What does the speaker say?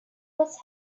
was